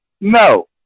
No